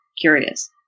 curious